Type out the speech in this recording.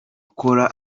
kora